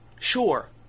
Sure